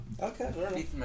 Okay